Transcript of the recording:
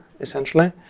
essentially